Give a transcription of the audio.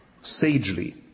sagely